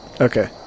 Okay